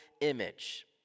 image